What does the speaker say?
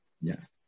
yes